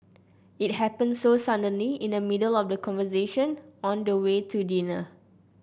it happened so suddenly in the middle of a conversation on the way to dinner